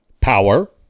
power